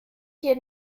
hier